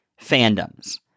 fandoms